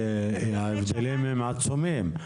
כי ההבדלים הם עצומים.